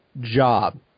job